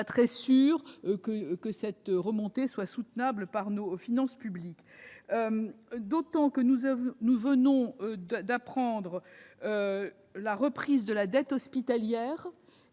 même si elle était infime -soit soutenable pour nos finances publiques, d'autant que nous venons d'apprendre la reprise de la dette hospitalière.